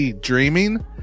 Dreaming